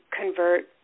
convert